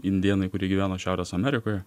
indėnai kurie gyveno šiaurės amerikoje